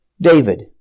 David